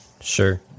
Sure